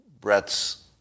Brett's